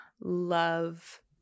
love